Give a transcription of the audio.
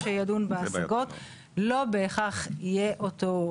לא, זה לא מספיק טוב, תכף אני אגיד לך למה.